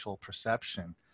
perception